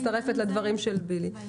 את מצטרפת לדברים של בילי.